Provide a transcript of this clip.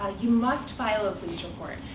ah you must file a police report.